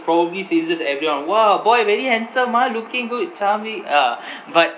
probably says this to everyone !wah! boy very handsome ah looking good charming ah but